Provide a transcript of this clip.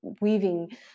weaving